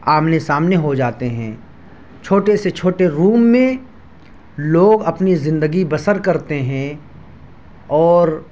آمنے سامنے ہو جاتے ہیں چھوٹے سے چھوٹے روم میں لوگ اپنی زندگی بسر کرتے ہیں اور